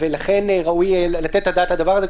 ולכן ראוי לתת את הדעת על הדבר הזה,